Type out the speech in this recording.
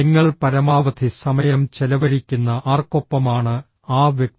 നിങ്ങൾ പരമാവധി സമയം ചെലവഴിക്കുന്ന ആർക്കൊപ്പമാണ് ആ വ്യക്തി